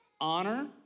Honor